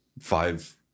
five